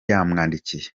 yamwandikiye